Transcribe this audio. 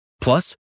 Plus